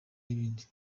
n’ibindi